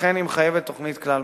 ולכן היא מחייבת תוכנית כלל-ממשלתית.